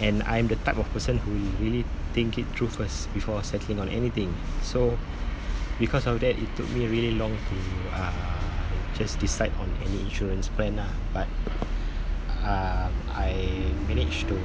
and I'm the type of person who really think it through first before settling on anything so because of that it took me really long to uh just decide on any insurance plan ah but um I managed to